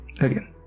again